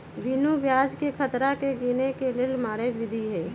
बिनु ब्याजकें खतरा के गिने के लेल मारे विधी हइ